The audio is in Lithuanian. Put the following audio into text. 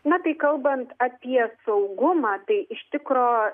na tai kalbant apie saugumą tai iš tikro